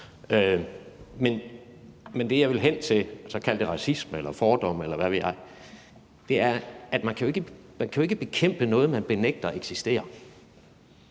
Men det, jeg vil hen til – så kald det racisme eller fordomme, eller hvad ved jeg – er, at man jo ikke kan bekæmpe noget, man benægter eksisterer.